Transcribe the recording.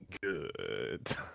good